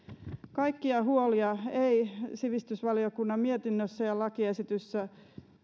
kaikkia huolia ei sivistysvaliokunnan mietinnössä ja